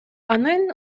анын